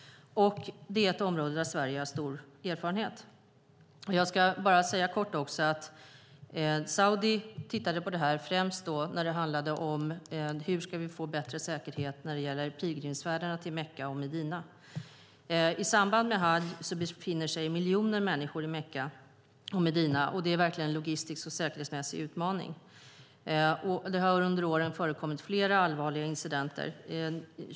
Det är ett område där Sverige har stor erfarenhet. Jag ska kort säga att Saudiarabien tittade på detta främst när det handlade om att få bättre säkerhet vid pilgrimsfärderna till Mecka och Medina. I samband med hajj befinner sig miljoner människor i Mecka och Medina, och det är verkligen en logistisk och säkerhetsmässig utmaning. Det har under åren förekommit flera allvarliga incidenter.